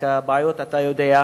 רק שהבעיות הן, אתה יודע,